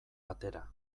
atera